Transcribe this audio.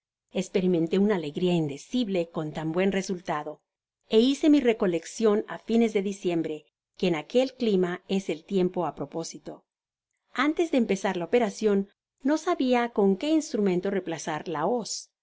esperimenté una alegria indecible con tan buen resultado é hice mi recoleccion á fines de diciembre que en aquel clima es el tiempo á propósito antes de empezar la operacion no sabia con que instrumento reemplazar la hoz